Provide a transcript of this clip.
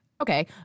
Okay